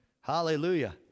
Hallelujah